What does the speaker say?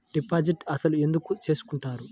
Deposit అసలు ఎందుకు చేసుకుంటారు?